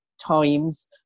times